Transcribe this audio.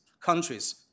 countries